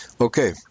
Okay